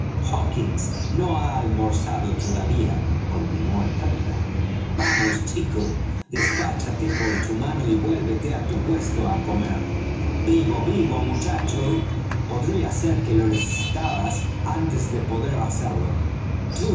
hawkins no ha almorzado todavía continuó el capitán vamos chico despáchate por tu mano y vuélvete á tu puesto á comer vivo vivo muchacho podría ser que lo necesitaras antes de poder hacerlo